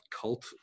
cult